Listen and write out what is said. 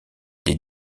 des